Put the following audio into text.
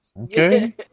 Okay